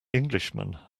englishman